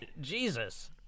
Jesus